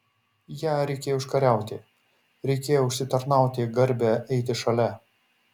ją reikėjo užkariauti reikėjo užsitarnauti garbę eiti šalia